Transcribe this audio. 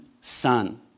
son